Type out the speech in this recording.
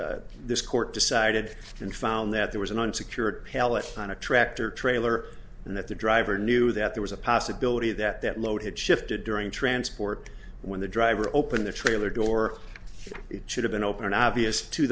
case this court decided and found that there was an unsecured palestine a tractor trailer and that the driver knew that there was a possibility that that load had shifted during transport when the driver opened the trailer door it should have been open obvious to